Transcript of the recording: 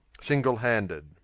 single-handed